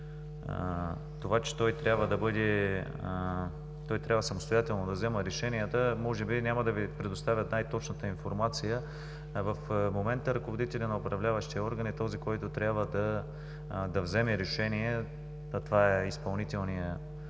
това, че той трябва самостоятелно да взема решенията, може би няма да Ви предоставят най-точната информация. В момента ръководителят на управляващия орган е този, който трябва да вземе решение, а това е изпълнителният